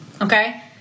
okay